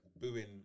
booing